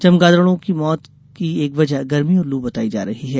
चमगादड़ों मौत की एक वजह गर्मी और लू बताई जा रही है